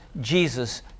Jesus